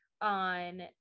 on